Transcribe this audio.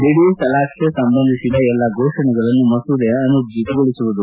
ದಿಢೀರ್ ತಲಾಖ್ಗೆ ಸಂಬಂಧಿಸಿದ ಎಲ್ಲ ಘೋಷಣೆಗಳನ್ನು ಮಸೂದೆ ಅನೂರ್ಜಿತಗೊಳಿಸುವುದು